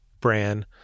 Bran